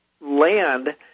land